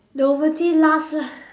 novelty last lah